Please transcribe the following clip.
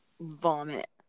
vomit